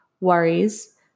worries